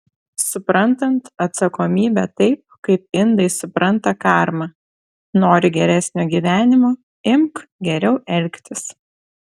suprantant atsakomybę taip kaip indai supranta karmą nori geresnio gyvenimo imk geriau elgtis